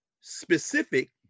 specific